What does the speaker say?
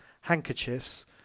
Handkerchiefs